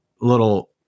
little